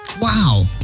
wow